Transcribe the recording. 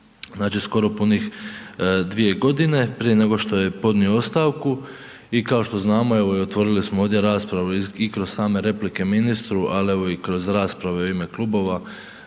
znači skoro punih 2.g. prije nego što je podnio ostavku i kao što znamo, evo i otvorili smo ovdje raspravu i kroz same replike ministru, al evo i kroz rasprave u ime klubova,